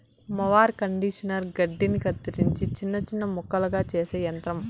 mower conditioner గడ్డిని కత్తిరించి చిన్న చిన్న ముక్కలుగా చేసే యంత్రం